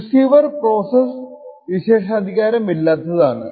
receiver process വിശേഷാധികാരമില്ലാത്തതാണ്